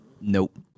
Nope